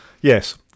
Yes